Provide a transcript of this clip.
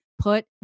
put